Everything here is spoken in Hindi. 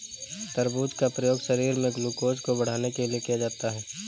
तरबूज का प्रयोग शरीर में ग्लूकोज़ को बढ़ाने के लिए किया जाता है